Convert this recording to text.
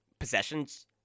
possessions